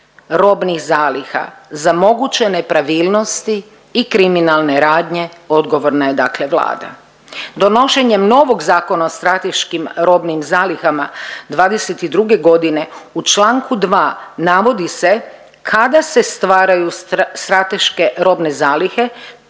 robnih zaliha. Za moguće nepravilnosti i kriminalne radnje odgovorna je, dakle Vlada. Donošenjem novog Zakona o strateškim robnim zalihama 2022. godine u članku 2. navodi se kada se stvaraju strateške robne zalihe,